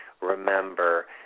Remember